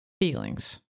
feelings